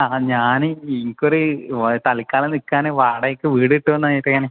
ആ ആ ഞാന് ഇനിക്ക് ഒര് തൽക്കാലം നിൽക്കാന് വാടകയ്ക്ക് വീട് കിട്ടുമോ എന്ന് അറിയാന്